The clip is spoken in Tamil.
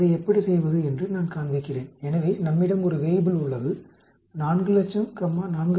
அதை எப்படி செய்வது என்று நான் காண்பிக்கிறேன் எனவே நம்மிடம் ஒரு வேய்புல் உள்ளது 400000 கமா 4